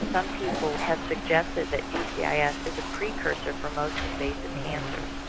um people have suggested that dcis yeah yeah is a precursor for most invasive cancers.